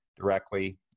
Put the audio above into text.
directly